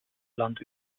land